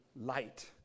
light